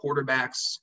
quarterbacks